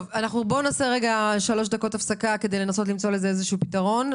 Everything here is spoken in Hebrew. בואו נעשה כמה דקות הפסקה כדי לנסות למצוא לזה איזשהו פתרון.